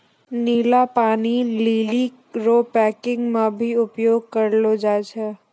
नीला पानी लीली रो पैकिंग मे भी उपयोग करलो जाय छै